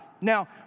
Now